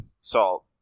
Salt